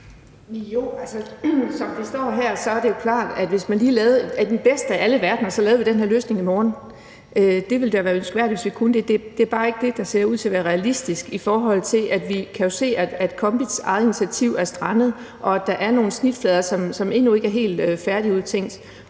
som det står her, er det jo klart, at i den bedste af alle verdener lavede vi den her løsning i morgen. Det ville da være ønskværdigt, hvis vi kunne det. Det er bare ikke det, der ser ud til at være realistisk, i forhold til at vi jo kan se, at KOMBIT's eget initiativ er strandet, og at der er nogle snitflader, som endnu ikke er helt færdigudtænkt.